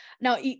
Now